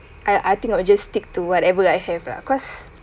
I I think I'll just stick to whatever I have lah cause